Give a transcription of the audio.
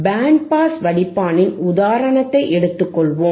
pant pass வடிப்பானின் உதாரணத்தை எடுத்துக்கொள்வோம்